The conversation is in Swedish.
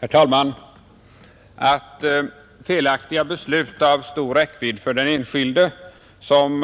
Herr talman! Att felaktiga beslut av stor räckvidd för den enskilde som